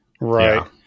Right